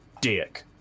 dick